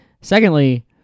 secondly